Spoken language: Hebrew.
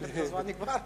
הזמן נגמר.